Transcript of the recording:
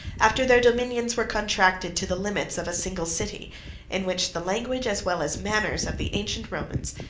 after their dominions were contracted to the limits of a single city in which the language, as well as manners, of the ancient romans,